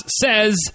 says